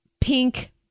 pink